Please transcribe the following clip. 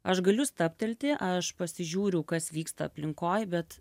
aš galiu stabtelti aš pasižiūriu kas vyksta aplinkoj bet